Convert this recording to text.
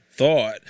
thought